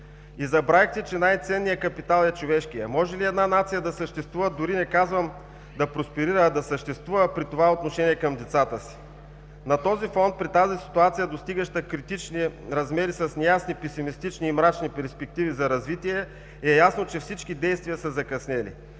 И забравихте, че най-ценният капитал е човешкият. Може ли една нация да съществува, дори не казвам да просперира, а да съществува при това отношение към децата си?! На този фон при тази ситуация, достигаща критични размери с неясни, песимистични и мрачни перспективи за развитие, е ясно, че всички действия са закъснели.